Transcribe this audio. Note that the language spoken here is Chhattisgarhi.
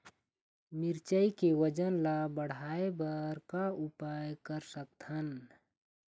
मिरचई के वजन ला बढ़ाएं बर का उपाय कर सकथन?